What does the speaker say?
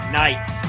nights